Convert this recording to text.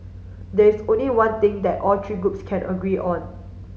there is only one thing that all three groups can agree on